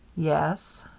yes.